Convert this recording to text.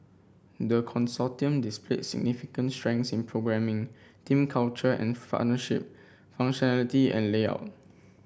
the Consortium displayed significant strengths in programming team culture and functionality and layout